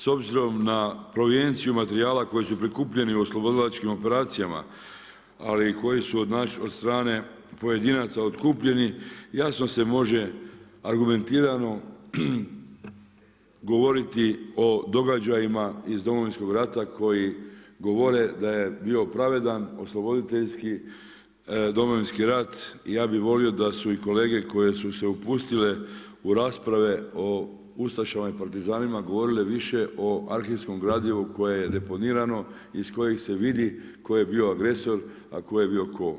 S obzirom na prevenciju materijala koji su prikupljeni u oslobodilačkim operacijama, ali koji su od strane pojedinaca otkupljeni, jasno se može, argumentirano govoriti o događajima iz Domovinskog rata, koji govore da je bio pravedan, oslobiteljski Domovinski rat i ja bi volio da su i kolege koje su se opustile u rasprave o ustašama i partizanima govorile više o arhijskom gradivu koje je deponirano i iz kojeg se vidi tko je bio agresor a tko je bio tko.